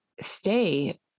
stay